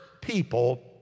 people